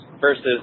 versus